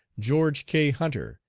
george k. hunter,